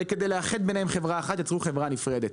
כדי לאחד ביניהם יצרו חברה נפרדת.